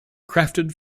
crafted